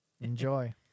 Enjoy